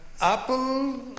apple